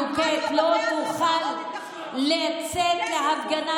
כל קבוצה מדוכאת לא תוכל לצאת להפגנה